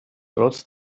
trotz